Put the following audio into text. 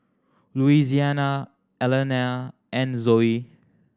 Louisiana Alanna and Zoe